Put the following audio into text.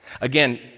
Again